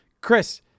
Chris